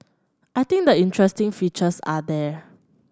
I think the interesting features are there